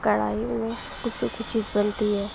کڑھائی میں کسی کی چیز بنتی ہے